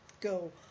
go